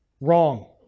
Wrong